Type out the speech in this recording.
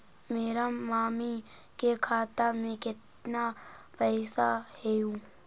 मेरा मामी के खाता में कितना पैसा हेउ?